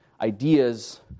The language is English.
ideas